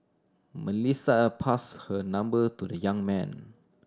Melissa pass her number to the young man